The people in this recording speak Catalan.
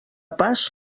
pas